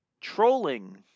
trolling